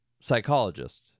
psychologist